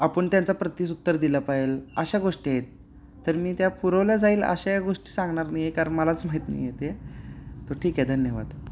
आपण त्यांचा प्रतिउत्तर दिला पाहिजे अशा गोष्टी आहेत तर मी त्या पुरवल्या जाईल अशा गोष्टी सांगणार नाही आहे कारण मलाच माहीत नाही आहे ते तो ठीक आहे धन्यवाद